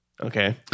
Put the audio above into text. Okay